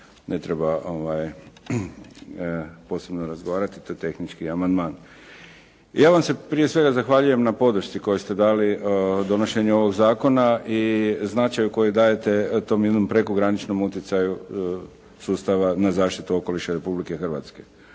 ne treba posebno razgovarati. To je tehnički amandman. Ja vam se prije svega zahvaljujem na podršci koju ste dali donošenju ovog zakona i značaju koji dajete tom jednom prekograničnom utjecaju sustava na zaštitu okoliša Republike Hrvatske.